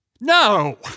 No